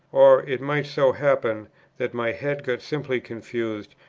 or it might so happen that my head got simply confused,